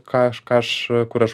ką aš ką aš kur aš